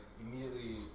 immediately